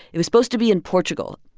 it was supposed to be in portugal,